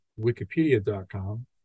wikipedia.com